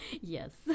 Yes